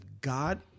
God